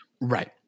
Right